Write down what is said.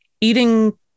eating